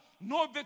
No